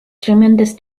tremendous